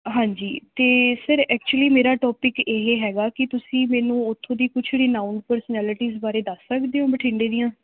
ਹਾਂਜੀ ਅਤੇ sir actually ਮੇਰਾ ਟੋਪਿਕ ਇਹ ਹੈਗਾ ਕਿ ਤੁਸੀਂ ਮੈਨੂੰ ਉੱਥੋਂ ਦੀ ਕੁਛ ਜਿਹੜੀ ਨਾਊਨ ਪਰਸਨੈਲਿਟੀਸ ਬਾਰੇ ਦੱਸ ਸਕਦੇ ਹੋ ਬਠਿੰਡੇ ਦੀਆਂ